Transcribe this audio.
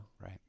right